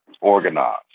organized